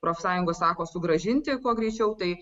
profsąjungos sako sugrąžinti kuo greičiau tai